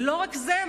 לא רק זה,